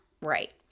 right